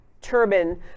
turban